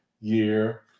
year